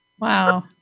Wow